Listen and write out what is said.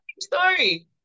story